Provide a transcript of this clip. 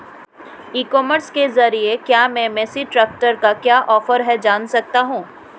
ई commerce के ज़रिए क्या मैं मेसी ट्रैक्टर का क्या ऑफर है जान सकता हूँ?